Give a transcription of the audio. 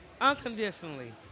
unconditionally